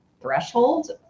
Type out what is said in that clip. threshold